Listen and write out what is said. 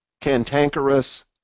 cantankerous